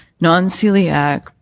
Non-celiac